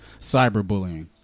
cyberbullying